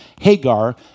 Hagar